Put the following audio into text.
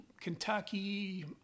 Kentucky